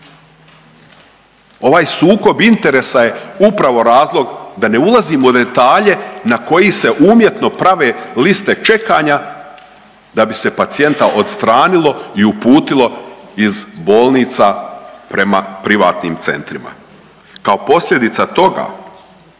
Ovaj sukob interesa je upravo razlog da ne ulazimo u detalje na koji se umjetno prave liste čekanja da bi se pacijenta odstranilo u uputilo iz bolnica prema privatnim centrima. Kao posljedica toga